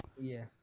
Yes